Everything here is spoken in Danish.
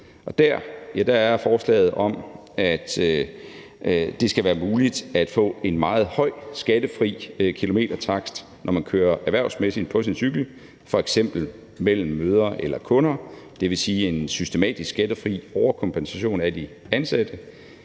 Der er forslaget om, at det skal være muligt at få en meget høj skattefri kilometertakst, når man kører erhvervsmæssigt på sin cykel, f.eks. mellem møder eller kunder – det vil sige en systematisk skattefri overkompensation af de ansatte